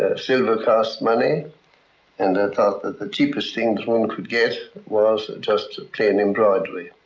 silver costs money and i thought that the cheapest thing someone could get was just plain embroidery.